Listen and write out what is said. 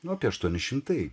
nu apie aštuoni šimtai